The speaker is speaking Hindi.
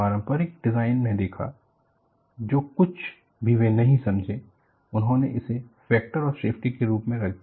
पारंपरिक डिजाइन में देखा जो कुछ भी वे नहीं समझे उन्होंने इसे फैक्टर ऑफ सेफ्टी के रूप में रख दिया